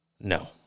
No